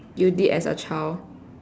you did as a child